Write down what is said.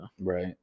Right